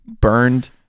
burned